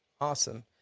Awesome